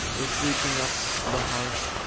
the sweeping up the heart,